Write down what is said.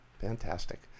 Fantastic